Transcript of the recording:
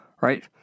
Right